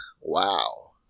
wow